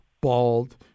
bald